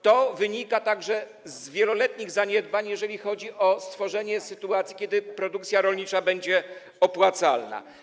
To wynika także z wieloletnich zaniedbań, jeżeli chodzi o stworzenie sytuacji, kiedy produkcja rolnicza będzie opłacalna.